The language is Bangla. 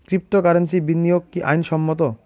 ক্রিপ্টোকারেন্সিতে বিনিয়োগ কি আইন সম্মত?